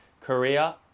Korea